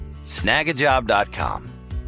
Snagajob.com